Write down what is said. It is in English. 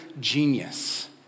genius